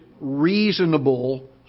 Reasonable